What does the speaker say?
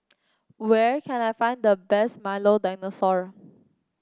where can I find the best Milo Dinosaur